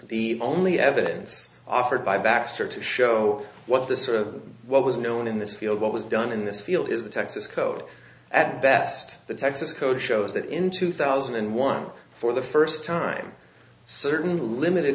the only evidence offered by baxter to show what this sort of what was known in this field what was done in this field is the texas code at best the texas code shows that in two thousand and one for the first time certain limited